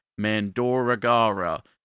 Mandoragara